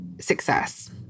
success